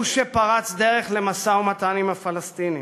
הוא שפרץ דרך למשא-ומתן עם הפלסטינים,